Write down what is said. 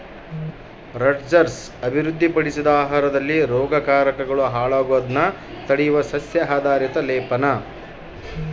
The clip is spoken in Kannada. ರಟ್ಜರ್ಸ್ ಅಭಿವೃದ್ಧಿಪಡಿಸಿದ ಆಹಾರದಲ್ಲಿ ರೋಗಕಾರಕಗಳು ಹಾಳಾಗೋದ್ನ ತಡೆಯುವ ಸಸ್ಯ ಆಧಾರಿತ ಲೇಪನ